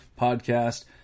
podcast